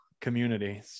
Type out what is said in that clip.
community